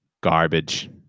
garbage